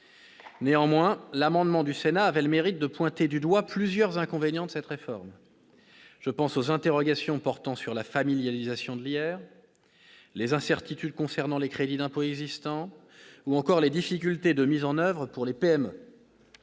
Néanmoins, l'amendement du Sénat avait le mérite de pointer du doigt plusieurs inconvénients de cette réforme : je pense aux interrogations portant sur la « familialisation » de l'impôt sur le revenu, les incertitudes concernant les crédits d'impôt existants ou encore les difficultés de mise en oeuvre pour les PME.